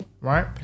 Right